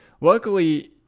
Luckily